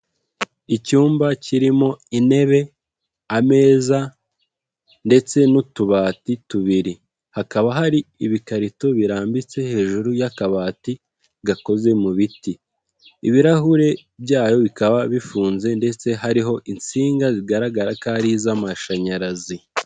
Icyumba kirimo intebe, ameza ndetse n'utubati tubiri. Hakaba hari ibikarito birambitse hejuru y'akabati gakoze mu biti. Ibirahure byayo bikaba bifunze ndetse hariho insinga zigaragara ko ari iz'amashanyarazi.